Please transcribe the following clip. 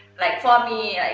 like, for me.